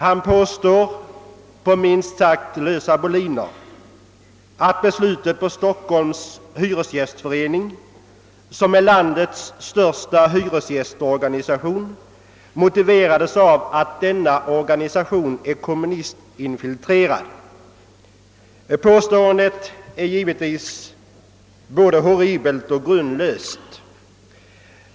Han påstår, på minst sagt lösa boliner, att beslutet av Hyresgästföreningen i Storstockholm, som är landets största hyresgästorganisation, motiverades av att denna organisation är kommunistinfiltrerad. Påståendet är givetvis både horribelt och grundlöst.